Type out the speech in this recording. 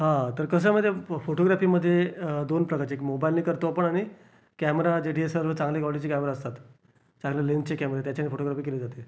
हा तर कसं आहे माहीत आहे फोटोग्राफीमध्ये दोन प्रकारचे एक मोबाईलने करतो आपण आणि कॅमेरा जे डी एस एल आरचे चांगल्या क्वालिटीचे कॅमेरे असतात चांगले लेनचे कॅमेरे त्याच्याने फोटोग्राफी केली जाते